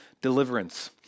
deliverance